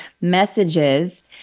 messages